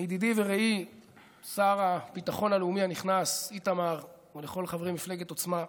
לידידי ורעי שר הביטחון הלאומי הנכנס איתמר ולכל חברי מפלגת עוצמה.